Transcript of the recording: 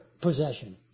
possession